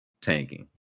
tanking